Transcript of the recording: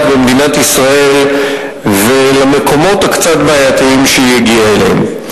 במדינת ישראל ואל המקומות הבעייתיים שהיא הגיעה אליהם.